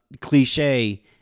cliche